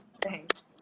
thanks